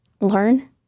learn